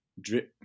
drip